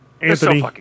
Anthony